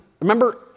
remember